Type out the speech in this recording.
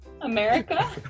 America